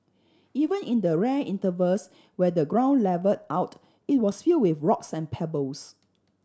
even in the rare intervals when the ground levelled out it was filled with rocks and pebbles